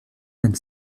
and